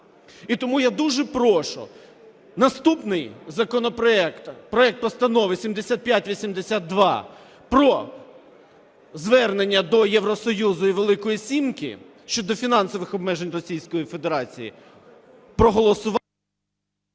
І тому я дуже прошу наступний законопроект, проект Постанови 7582 про звернення до Євросоюзу і Великої сімки щодо фінансових обмежень Російської Федерації проголосувати…